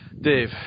Dave